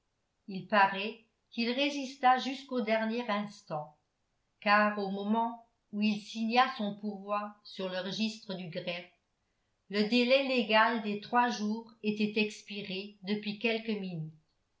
il paraît qu'il résista jusqu'au dernier instant car au moment où il signa son pourvoi sur le registre du greffe le délai légal des trois jours était expiré depuis quelques minutes